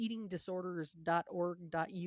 eatingdisorders.org.uk